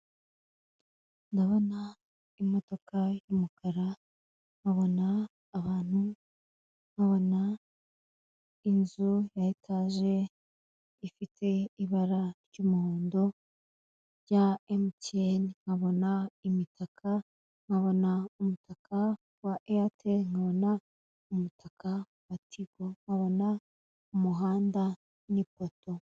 Ndabona imodoka y'umakara nkabona abantu, nkabona inzu ya etaje ifite ibara ry'umuhondo rya Emutiyeni, nkabona imitaka nkabona umutaka wa Eyateli, nkabona umutaka wa tigo, nkabona umuhanda n'ipoto.